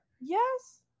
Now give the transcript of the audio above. Yes